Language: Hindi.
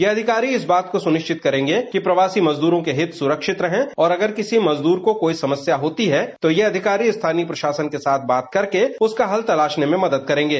यह अधिकारी इस बात को सुनिश्चित करेंगे कि प्रवासी मजदूरों के हित सुरक्षित रहे और अगर किसी मजदूर को कोई समस्या होती है तो यह अधिकारी स्थानीय प्रशासन के साथ बात करके उसका हल तलाशने में मदद करेंगे